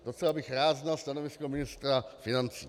Docela bych rád znal stanovisko ministra financí.